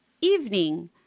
evening